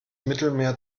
mittelmeer